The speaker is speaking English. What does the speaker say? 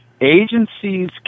agencies